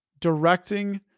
directing